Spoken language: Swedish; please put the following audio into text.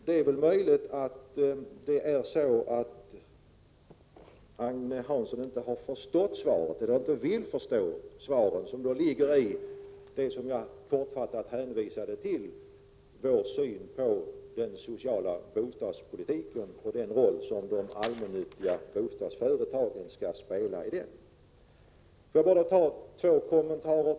Det är möjligt att Agne Hansson inte har förstått svaret eller inte vill förstå min kortfattade hänvisning till vår syn på den roll som de allmännyttiga bostadsföretagen skall spela i den sociala bostadspolitiken. Låt mig göra två ytterligare kommentarer.